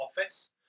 office